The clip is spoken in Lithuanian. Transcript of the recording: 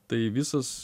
tai visas